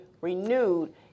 renewed